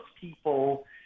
people